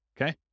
okay